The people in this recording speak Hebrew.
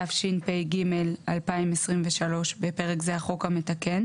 התשפ"ב 2022 (בפרק זה החוק המתקן)